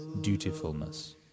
dutifulness